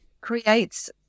creates